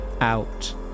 out